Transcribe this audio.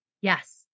Yes